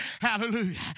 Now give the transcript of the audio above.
Hallelujah